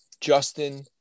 Justin